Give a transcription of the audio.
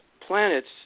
planets